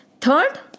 third